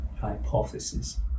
hypothesis